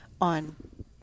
On